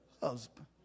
Husband